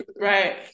right